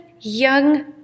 young